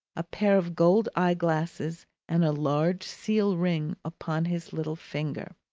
a pair of gold eye-glasses, and a large seal-ring upon his little finger.